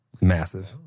Massive